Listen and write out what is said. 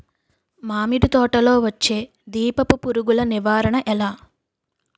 మామిడి తోటలో వచ్చే దీపపు పురుగుల నివారణ ఎలా?